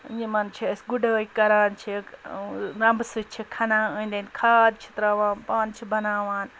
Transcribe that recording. یِمَن چھِ أسۍ گُڈٲے کَران چھِکھ رمبہٕ سۭتۍ چھِکھ کھَنان أنٛدۍ أنٛدۍ کھاد چھِ ترٛاوان پان چھِ بَناوان